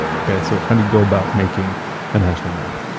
okay. so how do you go about making a national map?